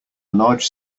large